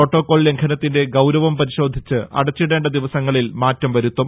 protocol ലംഘനത്തിന്റെ ഗൌരവം പരിശോധിച്ച് അടച്ചിടേണ്ട ദിവസങ്ങളിൽ മാറ്റം വരുത്തും